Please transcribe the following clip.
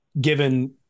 given